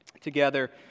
together